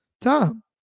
Tom